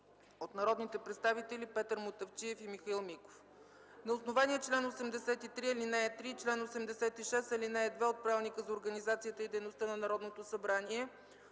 от народните представители Петър Мутафчиев и Михаил Миков. На основание чл. 83, ал. 3 и чл. 86, ал. 2 от Правилника за организацията и дейността на Народното събрание